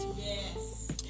Yes